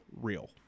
real